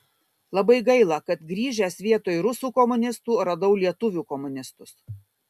labai gaila kad grįžęs vietoj rusų komunistų radau lietuvių komunistus